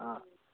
हा